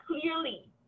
clearly